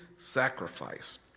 sacrifice